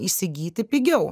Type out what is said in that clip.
įsigyti pigiau